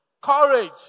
courage